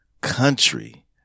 country